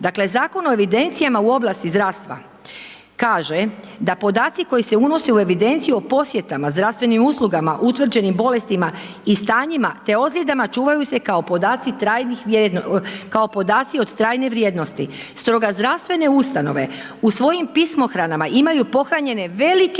Dakle, Zakon o evidencijama u oblasti zdravstva kaže da podaci koji se unose u evidenciju o posjetama, zdravstvenim uslugama, utvrđenim bolestima i stanjima te ozljedama čuvaju se kao podaci trajnih, kao podaci od trajne vrijednosti, stoga zdravstvene ustanove u svojim pismohranama imaju pohranjene velike